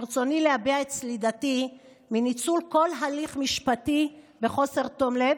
ברצוני להביע את סלידתי מניצול כל הליך משפטי בחוסר תום לב,